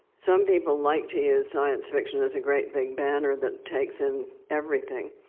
some people like to use science fiction as a great big banner that takes in everything.